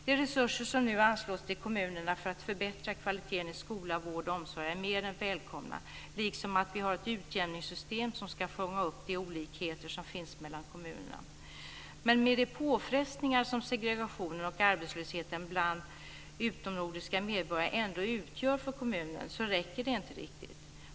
De resurser som nu anslås till kommunerna för att förbättra kvaliteten i skola, vård och omsorg är mer än välkomna, liksom att vi har ett utjämningssystem som skall fånga upp de olikheter som finns mellan kommunerna. Men med de påfrestningar som segregationen och arbetslösheten bland utomnordiska medborgare ändå utgör för kommunen räcker det inte riktigt.